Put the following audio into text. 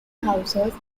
houses